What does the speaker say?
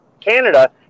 Canada